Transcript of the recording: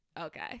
Okay